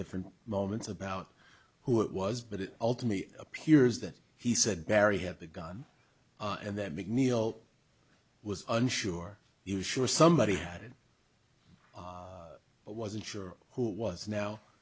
different moments about who it was but it ultimately appears that he said barry had the gun and that mcneil was unsure you sure somebody had it but wasn't sure who it was now